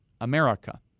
America